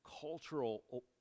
cultural